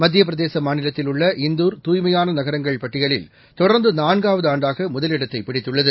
மத்தியப்பிரதேச மாநிலத்தில் உள்ள இந்தூர் தூய்மையான நகரங்கள் பட்டியலில் தொடர்ந்து நான்காவது ஆண்டாக முதலிடத்தை பிடித்துள்ளது